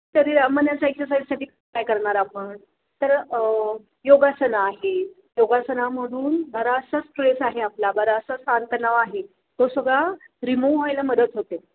शरीर मनाचा एक्सरसाइजसाठी काय करणार आपण तर योगासनं आहे योगासनामधून बराचसा स्ट्रेस आहे आपला बराचसा ताणतणाव आहे तो सगळा रिमूव्ह व्हायला मदत होते